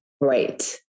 Right